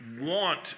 want